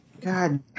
God